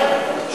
שנתיים?